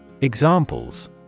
Examples